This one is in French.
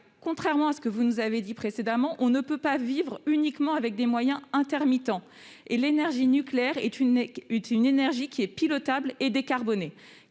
contrairement à ce que vous nous avez dit précédemment, on ne peut pas vivre uniquement avec des moyens intermittents alors que l'énergie nucléaire est une énergie pilotable et décarbonée.